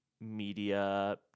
media